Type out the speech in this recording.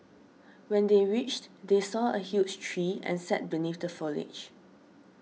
when they reached they saw a huge tree and sat beneath the foliage